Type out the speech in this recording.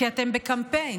כי אתם בקמפיין,